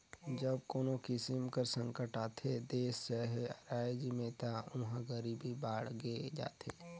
जब कोनो किसिम कर संकट आथे देस चहे राएज में ता उहां गरीबी बाड़गे जाथे